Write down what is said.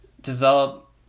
develop